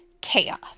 chaos